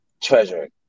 treasure